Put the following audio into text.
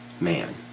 man